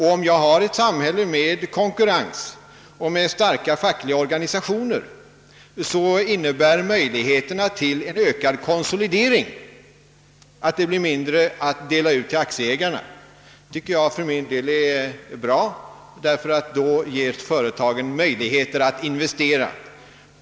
Har vi ett samhälle med konkurrens och med starka fackliga organisationer, så innebär möjligheterna till ökad konsolidering att det blir mindre att dela ut till aktieägarna. Det tycker jag är bra, ty då får företagen ökade möjligheter att investera.